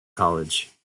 college